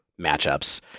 matchups